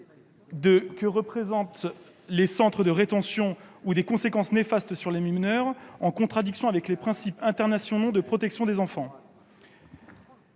que représentent [les centres de rétention] ont des conséquences néfastes sur les mineurs, contraires avec les principes internationaux de protection des enfants